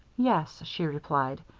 yes, she replied.